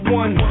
one